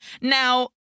Now